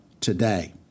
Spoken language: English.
today